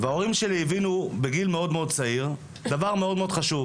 וההורים שלי הבינו בגיל מאוד מאוד צעיר דבר מאוד מאוד חשוב,